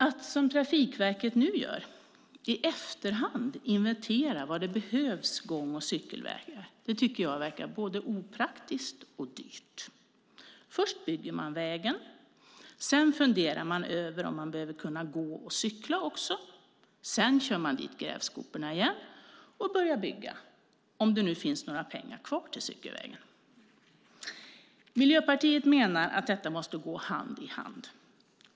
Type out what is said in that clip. Att, som Trafikverket nu gör, i efterhand inventera var det behövs gång och cykelvägar verkar, tycker jag, vara både opraktiskt och dyrt. Först bygger man vägen. Sedan funderar man på om folk också behöver kunna gå och cykla. Därefter kör man igen dit grävskopor och börjar bygga - om det finns några pengar kvar till cykelvägen. Miljöpartiet menar att de här sakerna måste gå hand i hand.